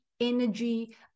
energy